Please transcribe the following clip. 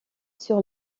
sur